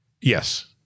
Yes